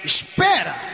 Espera